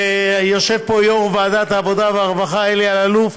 ויושב פה יו"ר ועדת העבודה והרווחה אלי אלאלוף,